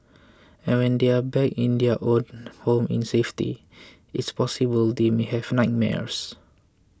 and when they are back in their own home in safety it's possible they may have nightmares